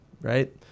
right